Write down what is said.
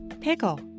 Pickle